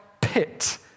pit